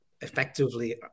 effectively